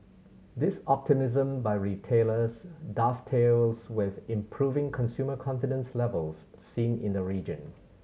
this optimism by retailers dovetails with improving consumer confidence levels seen in the region